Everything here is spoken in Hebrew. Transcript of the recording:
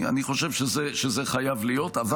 אני חושב שזה חייב להיות.